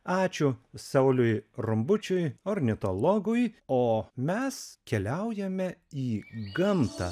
ačiū sauliui rumbučiui ornitologui o mes keliaujame į gamtą